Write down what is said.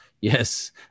Yes